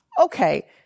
Okay